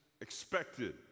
expected